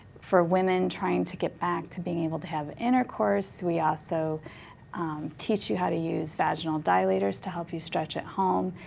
for women trying to get back to being able to have intercourse, we also ah so teach you how to use vaginal dilators to help you stretch at home.